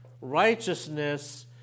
righteousness